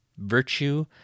virtue